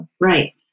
Right